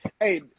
hey